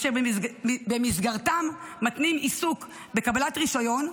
אשר במסגרתם מתנים עיסוק בקבלת רישיון,